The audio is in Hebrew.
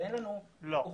לא.